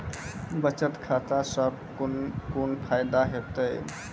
बचत खाता सऽ कून कून फायदा हेतु?